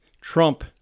Trump